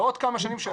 בעוד כמה שנים,